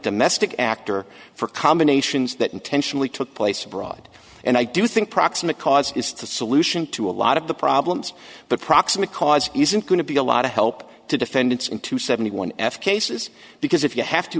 domestic actor for combinations that intentionally took place abroad and i do think proximate cause is to solution to a lot of the problems but proximate cause isn't going to be a lot of help to defendants in two seventy one f cases because if you have to